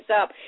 up